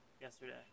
yesterday